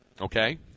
Okay